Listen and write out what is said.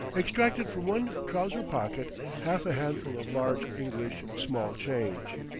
extracted from one trouser pocket half a handful of large english small change.